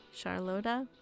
Charlotta